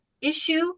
issue